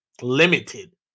limited